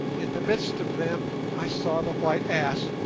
in the midst of them i saw the white ass,